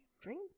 Dream